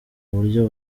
buryo